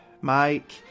Mike